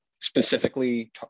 specifically